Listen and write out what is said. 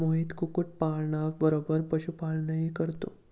मोहित कुक्कुटपालना बरोबर पशुपालनही करतो